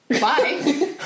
Bye